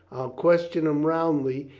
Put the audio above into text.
question him roundly,